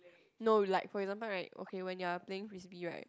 no like for example right okay when your playing frisbee right